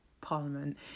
Parliament